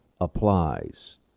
applies